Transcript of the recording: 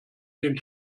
den